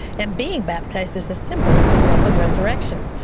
and being baptized is a symbol of the death and resurrection.